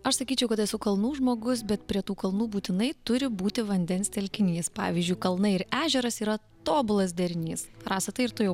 aš sakyčiau kad esu kalnų žmogus bet prie tų kalnų būtinai turi būti vandens telkinys pavyzdžiui kalnai ir ežeras yra tobulas derinys rasa tai ir tu jau